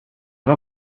var